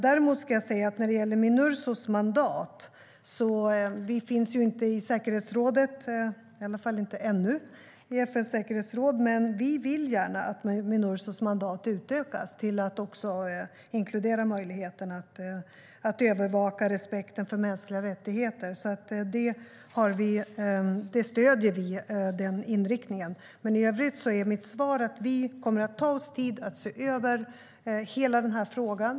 När det gäller Minursos mandat finns vi inte i FN:s säkerhetsråd, i alla fall inte ännu, men vi vill gärna att Minursos mandat utökas till att inkludera möjligheten att övervaka respekten för mänskliga rättigheter. Den inriktningen stöder vi. I övrigt är mitt svar att vi kommer att ta oss tid att se över hela denna fråga.